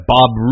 Bob